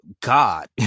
god